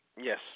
Yes